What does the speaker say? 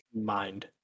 mind